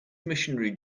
missionary